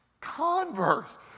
converse